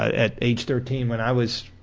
at age thirteen, when i was,